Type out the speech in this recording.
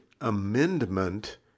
amendment